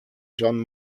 jean